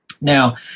Now